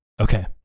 okay